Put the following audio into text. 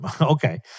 Okay